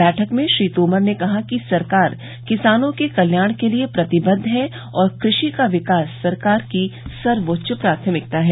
बैठक में श्री तोमर ने कहा कि सरकार किसानों के कल्याण के लिए प्रतिबद्ध है और कृषि का विकास सरकार की सर्वोच्च प्राथमिकता है